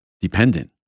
dependent